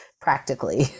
practically